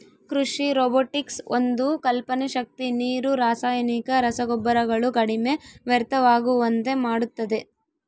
ಕೃಷಿ ರೊಬೊಟಿಕ್ಸ್ ಒಂದು ಕಲ್ಪನೆ ಶಕ್ತಿ ನೀರು ರಾಸಾಯನಿಕ ರಸಗೊಬ್ಬರಗಳು ಕಡಿಮೆ ವ್ಯರ್ಥವಾಗುವಂತೆ ಮಾಡುತ್ತದೆ